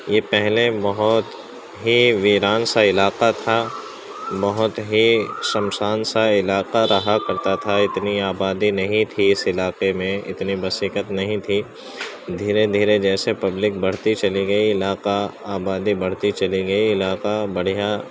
یہ پہلے ایک بہت ہی ویران سا علاقہ تھا بہت ہی سنسان سا علاقہ رہا کرتا تھا اتنی آبادی نہیں تھی اس علاقے میں اتنی بسیکت نہیں تھی دھیرے دھیرے جیسے پبلک بڑھتی چلی گئی علاقہ آبادی بڑھتی چلی گئی علاقہ بڑھیا